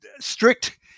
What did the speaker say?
strict